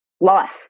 life